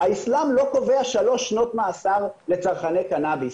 האיסלאם לא קובע שלוש שנות מאסר לצרכני קנאביס,